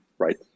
right